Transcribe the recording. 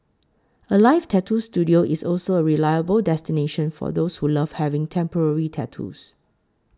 Alive Tattoo Studio is also a reliable destination for those who love having temporary tattoos